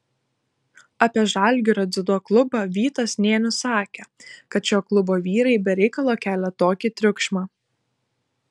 apie žalgirio dziudo klubą vytas nėnius sakė kad šio klubo vyrai be reikalo kelia tokį triukšmą